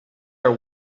are